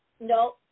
No